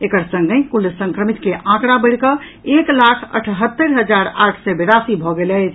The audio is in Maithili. एकर संगहि कुल संक्रमित के आंकड़ा बढ़िकऽ एक लाख अठहत्तरि हजार आठ सॅ बेरासी भऽ गेल अछि